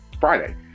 Friday